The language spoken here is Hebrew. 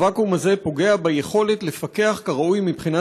הוואקום הזה פוגע ביכולת לפקח כראוי מבחינה